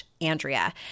Andrea